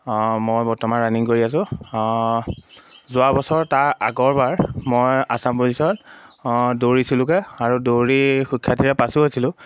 মই বৰ্তমান ৰানিং কৰি আছোঁ যোৱা বছৰ তাৰ আগৰবাৰ মই আচাম পুলিছত দৌৰিছিলোঁগে আৰু দৌৰি সুখ্যাতিৰে পাছো হৈছিলোঁ